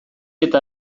eta